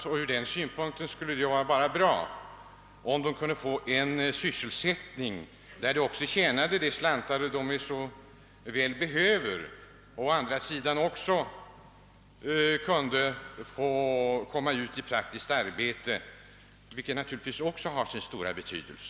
även ur den synpunkten skulle det vara enbart bra, om de kunde få en sysselsättning, där de också tjänade de slantar de så väl behöver, och även kunde komma ut i praktiskt arbete, vilket naturligtvis också har sin stora betydelse.